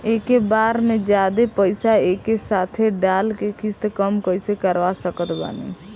एके बार मे जादे पईसा एके साथे डाल के किश्त कम कैसे करवा सकत बानी?